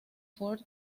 ford